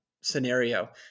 scenario